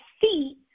feet